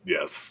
Yes